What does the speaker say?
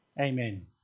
Amen